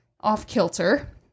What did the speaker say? off-kilter